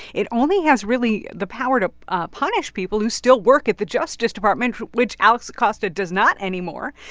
it only has really the power to ah punish people who still work at the justice department, which alex acosta does not anymore.